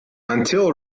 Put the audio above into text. until